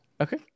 Okay